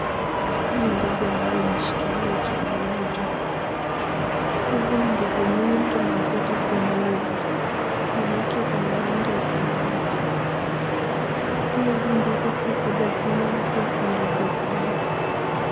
Hii ni ndizi ambayo imeshikiliwa ikiangalia juu, hizi ni ndizi mingi na zote zimeiva, manaake iko na rangi ya samawati. Pia hizo ndizi si kubwa sana na pia si ndogo sana.